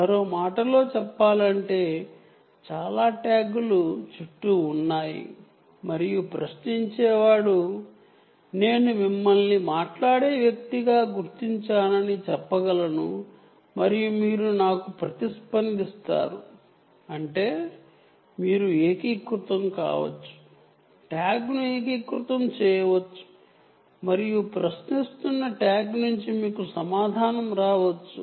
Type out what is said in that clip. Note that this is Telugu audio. మరో మాటలో చెప్పాలంటే చాలా ట్యాగ్లు చుట్టూ ఉన్నాయి మరియు ఇంట్రాగేటర్ "నేను మిమ్మల్ని మాట్లాడే వ్యక్తిగా గుర్తించాను" అని చెపుతుంది మరియు మీరు నాకు ప్రతిస్పందిస్తారు" అంటే మీరు ట్యాగ్ను సింగులేట్ చేయవచ్చు మరియు ఇంటరాగేట్ చేస్తున్న ట్యాగ్ నుంచి మీకు సమాధానం రావచ్చు